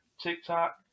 TikTok